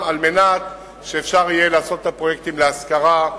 על מנת שאפשר יהיה לעשות את הפרויקטים להשכרה.